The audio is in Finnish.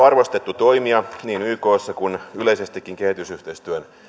arvostettu toimija niin ykssa kuin yleisestikin kehitysyhteistyön